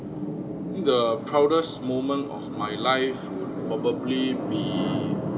think the proudest moment of my life would probably be